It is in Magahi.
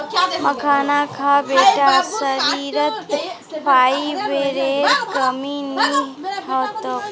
मखाना खा बेटा शरीरत फाइबरेर कमी नी ह तोक